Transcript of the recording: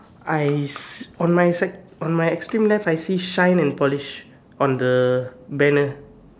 Ice on my on my extreme left I see shine and polish on the banner